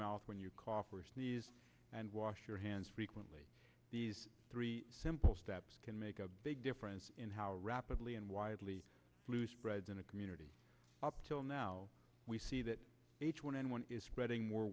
mouth when you cough or sneeze and wash your hands frequently these three simple steps can make a big difference in how rapidly and widely flu spreads in a community up till now we see that h one n one is spreading more